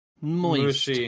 moist